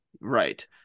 Right